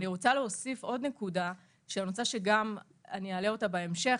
אני רוצה להוסיף עוד נקודה שאני גם אעלה אותה בהמשך,